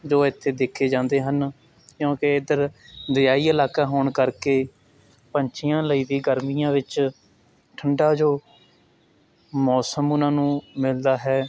ਜੋ ਇੱਥੇ ਦੇਖੇ ਜਾਂਦੇ ਹਨ ਕਿਉਂਕਿ ਇੱਧਰ ਦਰਿਆਈ ਇਲਾਕਾ ਹੋਣ ਕਰਕੇ ਪੰਛੀਆਂ ਲਈ ਵੀ ਗਰਮੀਆਂ ਵਿੱਚ ਠੰਡਾ ਜੋ ਮੌਸਮ ਉਹਨਾਂ ਨੂੰ ਮਿਲਦਾ ਹੈ